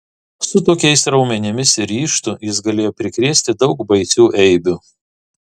su tokiais raumenimis ir ryžtu jis galėjo prikrėsti daug baisių eibių